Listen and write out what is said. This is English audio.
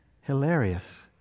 hilarious